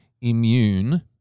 Immune